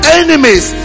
enemies